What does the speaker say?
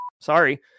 sorry